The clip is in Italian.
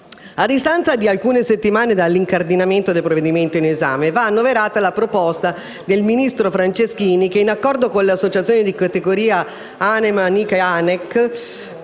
A distanza di alcune settimane dall'incardinamento del provvedimento in esame va annoverata la proposta del ministro Franceschini che, in accordo con le associazioni di categoria ANEM, ANICA e ANEC,